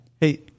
Hey